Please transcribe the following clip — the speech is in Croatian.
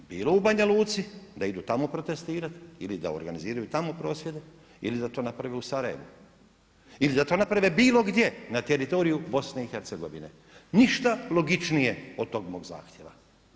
Bilo u Banja Luci, da idu tamo protestirati ili da organiziraju tamo prosvjede ili da to naprave u Sarajevu ili da to naprave bilo gdje na teritoriju Bosne i Hercegovine, ništa logičnije od tog mog zahtjeva.